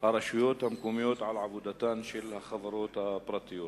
ברשויות המקומיות על עבודתן של החברות הפרטיות.